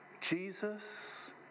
Jesus